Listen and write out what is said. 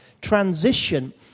transition